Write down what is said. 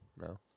No